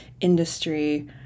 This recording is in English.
industry